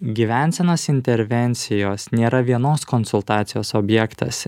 gyvensenos intervencijos nėra vienos konsultacijos objektas